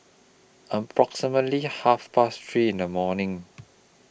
approximately Half Past three in The morning